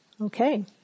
Okay